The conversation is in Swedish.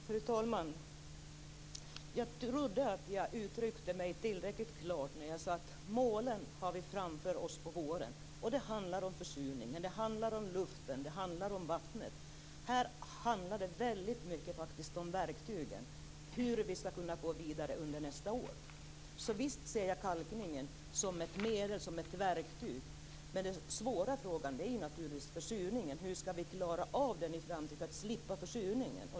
Fru talman! Jag trodde att jag uttryckte mig tillräckligt klart när jag sade att målen har vi framför oss på våren. Det handlar om försurningen, om luften och om vattnet. Här handlar det väldigt mycket om verktygen, om hur vi skall kunna gå vidare under nästa år, så visst ser jag kalkningen som ett medel och ett verktyg. Men den svåra frågan är naturligtvis försurningen. Hur skall vi klara av den i framtiden? Hur skall vi slippa försurningen?